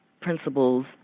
principles